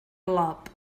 lob